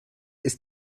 ist